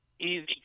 easy